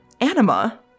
anima